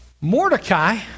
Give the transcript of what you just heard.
Mordecai